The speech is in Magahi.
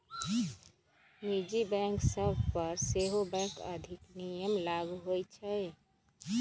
निजी बैंक सभ पर सेहो बैंक अधिनियम लागू होइ छइ